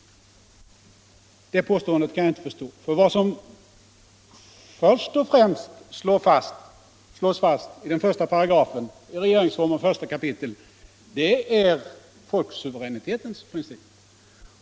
Det påståendet kan jag inte förstå. Vad som främst slås fast i den första paragrafen i regeringsformens första kapitel är folksuveränitetens princip.